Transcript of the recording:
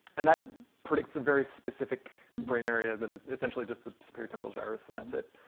and that predicts a very specific brain area that is essentially just the superior temporal gyrus and that's it.